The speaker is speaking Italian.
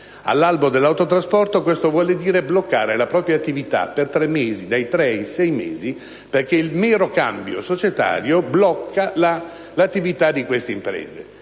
All'albo dell'autotrasporto questo vuol dire bloccare la propria attività dai tre ai sei mesi, perché il mero cambio societario blocca l'attività di queste imprese.